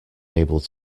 able